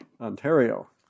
Ontario